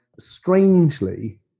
strangely